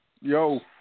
Yo